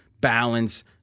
balance